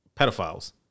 pedophiles